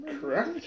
Correct